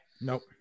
Nope